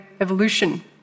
evolution